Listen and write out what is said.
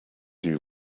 you